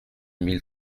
mille